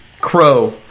crow